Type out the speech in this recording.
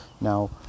Now